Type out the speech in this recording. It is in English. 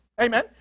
Amen